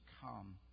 come